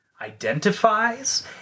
identifies